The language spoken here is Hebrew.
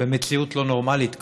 במציאות לא נורמלית כזאת?